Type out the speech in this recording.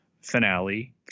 finale